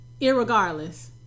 Irregardless